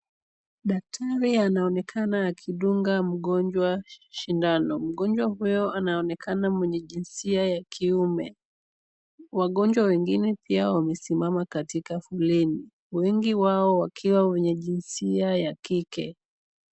Daktari anaonekana akidunga mgojwa sindano, mgonjwa huyo anaonekana mwenye jinsia ya kiume. Wagonjwa wengine pia wamesimama katika foleni, wengi wao wakiwa wenye jinsia ya kike.